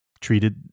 treated